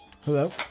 Hello